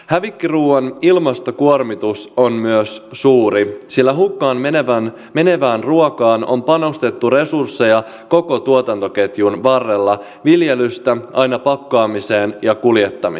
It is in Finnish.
hävikkiruuan ilmastokuormitus on myös suuri sillä hukkaan menevään ruokaan on panostettu resursseja koko tuotantoketjun varrella viljelystä aina pakkaamiseen ja kuljettamiseen